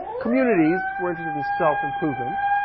communities were interested in self improvement.